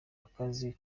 akazi